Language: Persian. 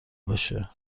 بشه